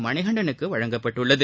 மணிகண்டனுக்கு வழங்கப்பட்டுள்ளது